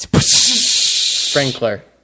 Sprinkler